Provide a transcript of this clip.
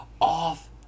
off